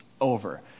over